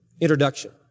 introduction